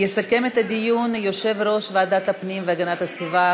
יסכם את הדיון יושב-ראש ועדת הפנים והגנת הסביבה,